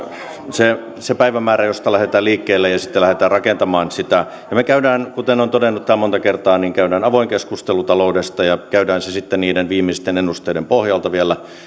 se se päivämäärä josta lähdetään liikkeelle ja sitten lähdetään rakentamaan sitä kuten olen todennut täällä monta kertaa niin käymme avoimen keskustelun taloudesta ja käymme sen sitten niiden viimeisten ennusteiden pohjalta vielä